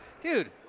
dude